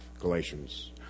Galatians